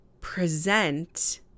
present